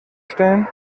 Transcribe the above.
stellen